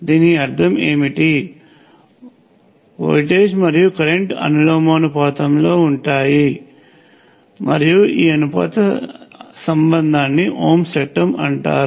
దీని అర్థం ఏమిటి వోల్టేజ్ మరియు కరెంట్ అనులోమానుపాతంలో ఉంటాయి మరియు ఈ అనుపాత సంబంధాన్ని ఓమ్స్ చట్టం అంటారు